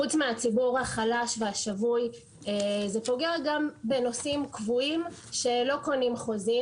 חוץ מהציבור החלש והשבוי זה פוגע גם בנוסעים קבועים שלא קונים חוזים.